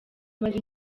maze